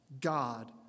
God